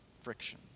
friction